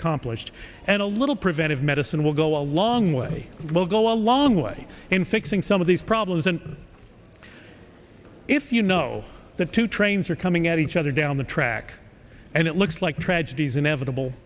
accomplished and a little preventive medicine will go a long way will go a long way in fixing some of these problems and if you know that two trains are coming at each other down the track and it looks like tragedies inevitable